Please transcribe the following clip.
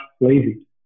lazy